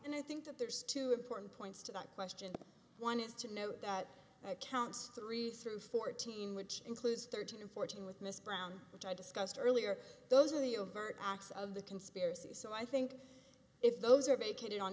and i think that there's two important points to that question one is to note that counts three through fourteen which includes thirteen and fourteen with miss brown which i discussed earlier those are the overt acts of the conspiracy so i think if those are vacated on